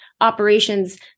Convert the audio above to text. operations